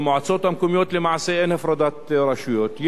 במועצות המקומיות למעשה אין הפרדת רשויות.